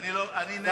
ואני נגד זה.